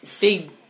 big